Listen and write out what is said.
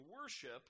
worship